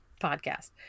podcast